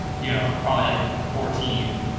you know, probably like fourteen,